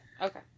Okay